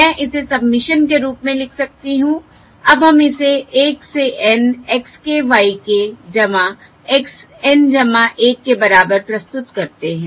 मैं इसे सबमिशन के रूप में लिख सकती हूं अब हम इसे 1 से N x k y k x N 1 के बराबर प्रस्तुत करते हैं